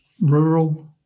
rural